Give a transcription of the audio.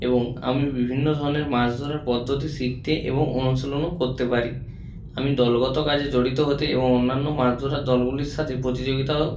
এবং আমি বিভিন্ন ধরনের মাছ ধরার পদ্ধতি শিখতে এবং অনুশীলনও করতে পারি আমি দলগত কাজে জড়িত হতে এবং অন্যান্য মাছ ধরার দলগুলির সাথে প্রতিযোগিতা